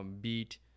beat